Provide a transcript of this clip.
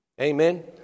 Amen